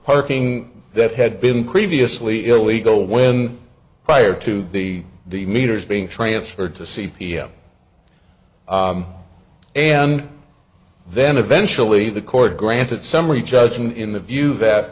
parking that had been previously illegal when prior to the the meters being transferred to c p m and then eventually the court granted summary judgment in the view that